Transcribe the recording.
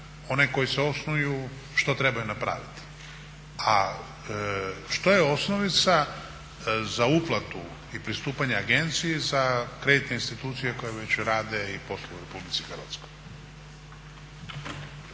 one koji se osnuju što trebaju napraviti, a što je osnovica za uplatu i pristupanje Agenciji za kreditne institucije koje već rade i posluju u Republici Hrvatskoj.